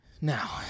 Now